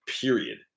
period